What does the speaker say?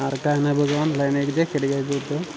अरे काय नाही बघ ऑनलायन एक जॅकेट घ्यायचं होतं